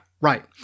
right